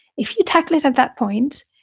if you tackle it at that point,